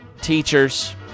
teachers